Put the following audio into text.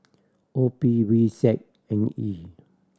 O P V Z N E